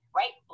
right